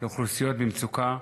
לאוכלוסיות במצוקה,